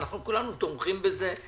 וכולנו תומכים בזה,